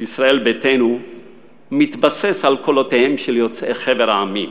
ישראל ביתנו מתבסס על קולותיהם של יוצאי חבר העמים.